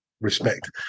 respect